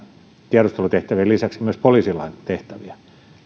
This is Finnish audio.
tiedustelutehtävien lisäksi myös poliisilain tehtäviä